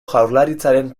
jaurlaritzaren